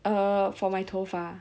err for my 头发